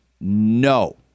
no